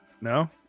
No